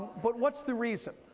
but what's the reason?